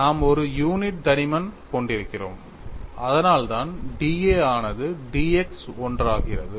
நாம் ஒரு யூனிட் தடிமன் கொண்டிருக்கிறோம் அதனால்தான் d A ஆனது dx 1 ஆகிறது